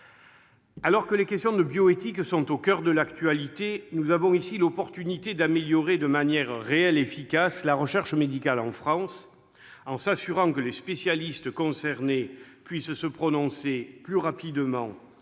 Alors que les questions de bioéthique sont au coeur de l'actualité, nous avons ici l'opportunité d'améliorer de manière réelle et efficace la recherche médicale en France, en nous assurant que les spécialistes concernés pourront se prononcer plus rapidement sur